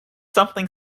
something